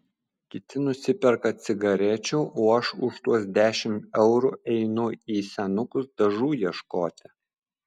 kiti nusiperka cigarečių o aš už tuos dešimt eurų einu į senukus dažų ieškoti